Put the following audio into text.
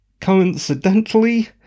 Coincidentally